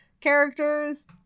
characters